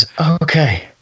Okay